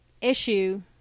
issue